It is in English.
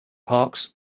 parks